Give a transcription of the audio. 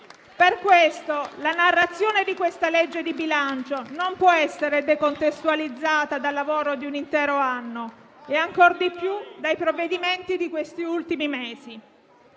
Per questo, la narrazione del presente disegno di legge di bilancio non può essere decontestualizzata dal lavoro di un intero anno e ancor di più dai provvedimenti di questi ultimi mesi.